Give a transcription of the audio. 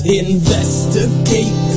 investigate